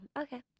okay